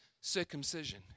circumcision